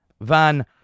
Van